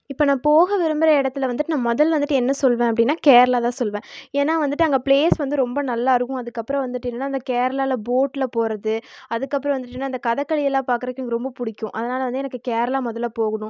இப்போ நான் போக விரும்புகிற இடத்துல வந்துவிட்டு நான் முதல் வந்துவிட்டு என்ன சொல்வேன் அப்படின்னா கேரளா தான் சொல்வேன் ஏன்னா வந்துவிட்டு அங்கே ப்ளேஸ் வந்து ரொம்ப நல்லாருக்கும் அதுக்கப்றம் வந்துவிட்டு என்னென்னா அந்த கேரளாவில போடல போகறது அதுக்கப்றம் வந்துட்டுனா அந்த கதக்களி எல்லாம் பார்க்கறக்கு எனக்கு ரொம்ப பிடிக்கும் அதனால் வந்து எனக்கு கேரளா முதல்ல போகணும்